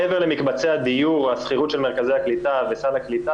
מעבר למקבצי הדיור או השכירות של מרכזי הקליטה וסל הקליטה,